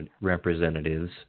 representatives